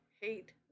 hate